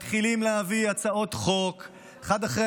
מתחילים להביא הצעות חוק אחת אחרי